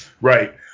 Right